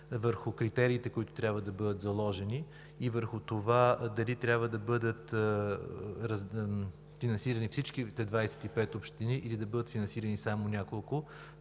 върху критериите, които трябва да бъдат заложени, и върху това дали трябва да бъдат финансирани всичките 25 общини, или да бъдат финансирани само няколко.